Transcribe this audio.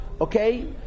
Okay